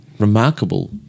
Remarkable